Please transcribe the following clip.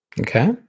Okay